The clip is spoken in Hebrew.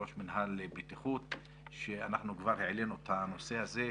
ראש מינהל בטיחות, אנחנו כבר העלינו את הנושא הזה.